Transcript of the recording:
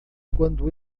quando